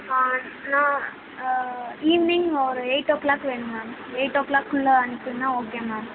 நான் ஈவ்னிங் ஒரு eight o'clock வேணும் மேம் எயிட் ஓ கிளாக்குள்ள அனுப்புனீங்கன்னா ஓகே மேம்